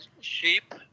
sheep